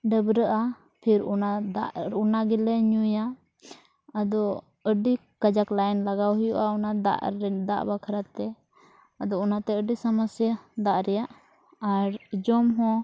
ᱰᱟᱹᱵᱽᱨᱟᱹᱜᱼᱟ ᱯᱷᱤᱨ ᱚᱱᱟ ᱫᱟᱜ ᱚᱱᱟ ᱜᱮᱞᱮ ᱧᱩᱭᱟ ᱟᱫᱚ ᱟᱹᱰᱤ ᱠᱟᱡᱟᱠ ᱞᱟᱭᱤᱱ ᱞᱟᱜᱟᱣ ᱦᱩᱭᱩᱜᱼᱟ ᱚᱱᱟ ᱫᱟᱜ ᱵᱟᱠᱷᱨᱟᱛᱮ ᱟᱫᱚ ᱚᱱᱟᱛᱮ ᱟᱹᱰᱤ ᱥᱚᱢᱚᱥᱥᱟ ᱫᱟᱜ ᱨᱮᱭᱟᱜ ᱟᱨ ᱡᱚᱢ ᱦᱚᱸ